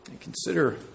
Consider